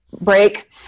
break